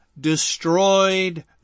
destroyed